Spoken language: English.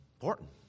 important